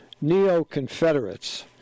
neo-Confederates